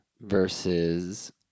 versus